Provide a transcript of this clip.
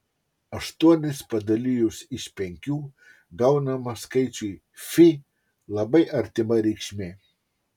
aštuonis padalijus iš penkių gaunama skaičiui fi labai artima reikšmė